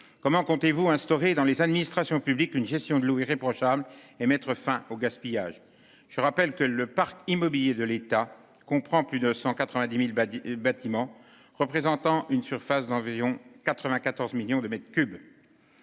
comment comptez-vous instaurer dans les administrations publiques, une gestion de l'eau irréprochable et mettre fin au gaspillage. Je rappelle que le parc immobilier de l'État comprend plus de 190.000 Badie et bâtiments représentant une surface d'envion 94 millions de mètres cubes.